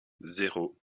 zéro